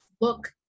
look